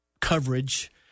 coverage